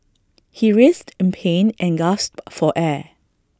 he writhed in pain and gasped for air